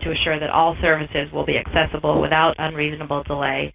to assure that all services will be accessible without unreasonable delay.